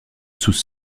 sous